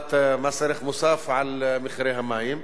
והטלת מס ערך מוסף על מחירי המים,